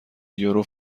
یورو